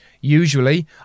Usually